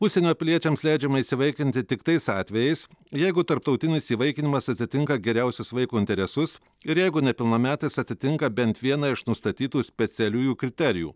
užsienio piliečiams leidžiama įsivaikinti tik tais atvejais jeigu tarptautinis įvaikinimas atitinka geriausius vaiko interesus ir jeigu nepilnametis atitinka bent vieną iš nustatytų specialiųjų kriterijų